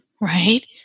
right